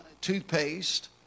toothpaste